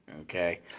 Okay